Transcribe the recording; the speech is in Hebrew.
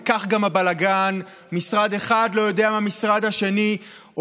וכך גם הבלגן: משרד אחד לא יודע מה המשרד השני עושה,